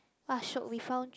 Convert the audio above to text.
!wah! shiok we found